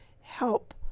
help